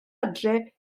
adre